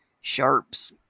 sharps